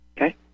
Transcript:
Okay